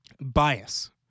bias